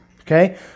okay